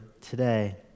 today